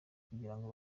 kugirango